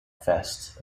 fest